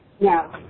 No